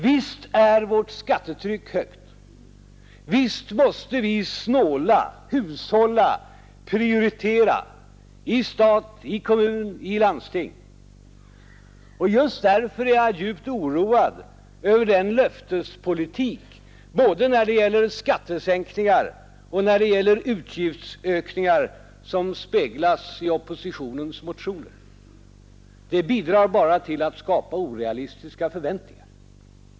Visst är vårt skattetryck högt. Visst måste vi snåla, hushålla, prioritera — i stat, kommun och landsting. Och just därför är jag djupt oroad över den löftespolitik både när det gäller skattesänkningar och när det gäller utgiftsökningar som speglas i oppositionens motioner. Det bidrar bara till att skapa orealistiska förväntningar.